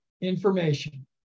information